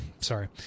sorry